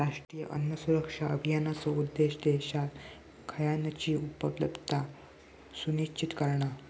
राष्ट्रीय अन्न सुरक्षा अभियानाचो उद्देश्य देशात खयानची उपलब्धता सुनिश्चित करणा